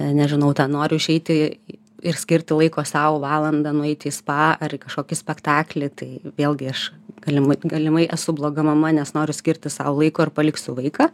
nežinau ten noriu išeiti ir skirti laiko sau valandą nueiti į tą ar į kokį spektaklį tai vėlgi aš galimai galimai esu bloga mama nes noriu skirti sau laiko ir paliksiu vaiką